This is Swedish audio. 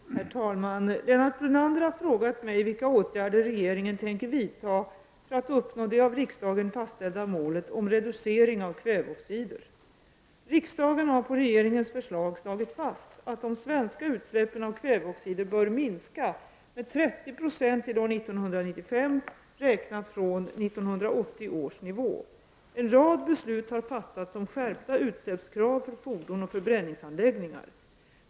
Herr talman! Lennart Brunander har frågat mig vilka åtgärder regeringen tänker vidta för att uppnå det av riksdagen fastställda målet om reducering av kväveoxider. Riksdagen har på regeringens förslag slagit fast, att de svenska utsläppen av kväveoxider bör minska med 30 9 till år 1995, räknat från 1980 års nivå. En rad beslut har fattats om skärpta krav när det gäller utsläpp från fordon och förbränningsanläggningar.